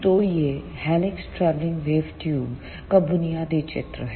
तो यह helix travelling wave tube का बुनियादी चित्र है